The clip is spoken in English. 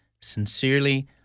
Sincerely